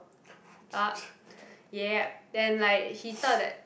uh yeah then like he thought that